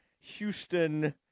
Houston